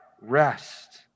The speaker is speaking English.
rest